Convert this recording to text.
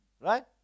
Right